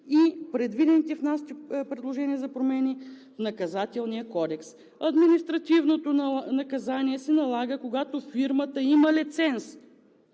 и предвидените в нашите предложения за промени в Наказателния кодекс. Административното наказание се налага, когато фирмата има лиценз,